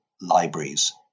libraries